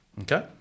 Okay